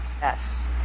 Yes